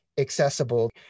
accessible